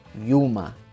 yuma